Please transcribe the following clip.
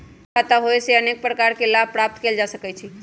bank खता होयेसे अनेक प्रकार के लाभ प्राप्त कएल जा सकइ छै